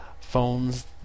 phones